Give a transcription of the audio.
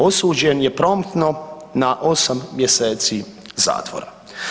Osuđen je promptno na osam mjeseci zatvora.